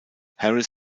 harris